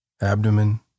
abdomen